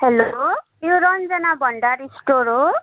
hello यो Ranjana Bhandari store हो